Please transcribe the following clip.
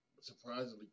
surprisingly